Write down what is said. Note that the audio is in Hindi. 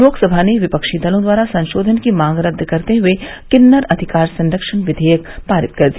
लोकसभा ने विपक्षी दलों द्वारा संशोधन की मांग रद्द करते हुए किन्नर अधिकार संरक्षण विधेयक पारित कर दिया